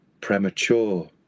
premature